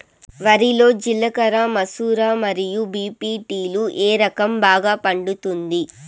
వరి లో జిలకర మసూర మరియు బీ.పీ.టీ లు ఏ రకం బాగా పండుతుంది